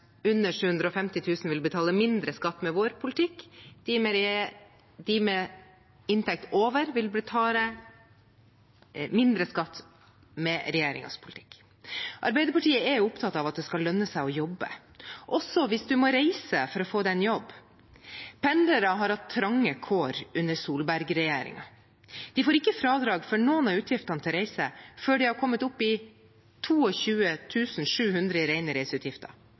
under 750 000 kr vil betale mindre skatt med vår politikk. De med inntekt over vil betale mindre skatt med regjeringens politikk. Arbeiderpartiet er opptatt av at det skal lønne seg å jobbe, også hvis man må reise for å jobbe. Pendlere har hatt trange kår under Solberg-regjeringen. De får ikke fradrag for noen av utgiftene til reise før de har kommet opp i 22 700 kr i rene reiseutgifter.